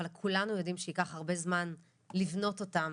אבל כולנו יודעים שייקח הרבה זמן לבנות אותם,